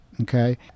okay